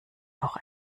auch